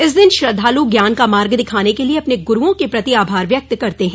इस दिन श्रद्धालु ज्ञान का मार्ग दिखाने के लिए अपने गुरूओं के प्रति आभार व्यक्त करते हैं